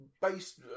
based